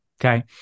Okay